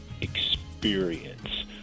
experience